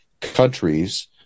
countries